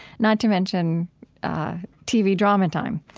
not to mention tv drama time.